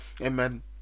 amen